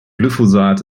glyphosat